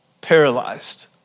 paralyzed